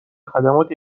خدمات